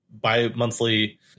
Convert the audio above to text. bi-monthly